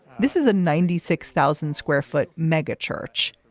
this is a ninety six thousand square foot megachurch.